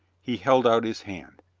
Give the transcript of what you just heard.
he held out his hand.